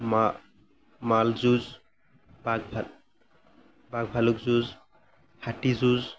মা মাল যুঁজ বাঘ ভালুক যুঁজ হাতী যুঁজ